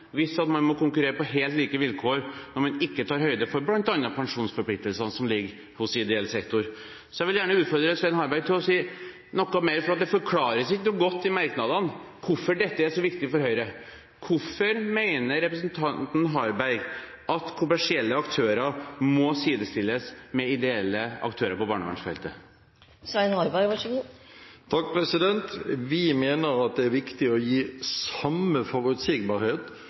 hvis man må konkurrere på helt like vilkår, når man ikke tar høyde for bl.a. pensjonsforpliktelsene som ligger hos ideell sektor. Jeg vil gjerne utfordre Svein Harberg til å si noe mer – for det forklares ikke noe godt i merknadene – om hvorfor dette er så viktig for Høyre. Hvorfor mener representanten Harberg at kommersielle aktører må sidestilles med ideelle aktører på barnevernsfeltet? Vi mener at det er viktig å gi samme forutsigbarhet